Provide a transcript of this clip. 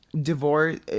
Divorce